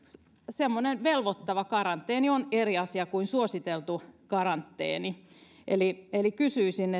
semmoinen velvoittava karanteeni on eri asia kuin suositeltu karanteeni eli eli kysyisin